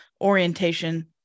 orientation